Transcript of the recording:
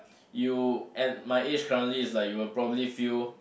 you at my age currently is like you'll probably feel